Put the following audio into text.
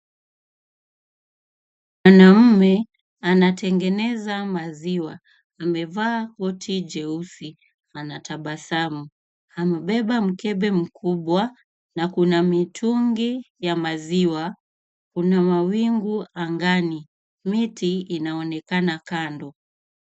Mwanaume anatengeneza maziwa. Amevaa koti jeusi. Anatabasamu amebeba mkebe mkubwa na kuna mitungi ya maziwa. Kuna mawingu angani. Miti inaonekana kando.